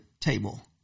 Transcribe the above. table